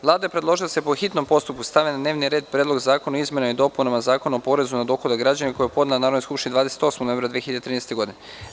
Vlada je predložila da se, po hitnom postupku, stavi na dnevni red Predlog zakona o izmenama i dopunama Zakona o porezu na dohodak građana, koji je podnela Narodnoj skupštini 28. novembra 2013. godine.